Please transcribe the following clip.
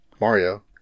Mario